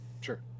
sure